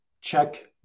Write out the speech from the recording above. Check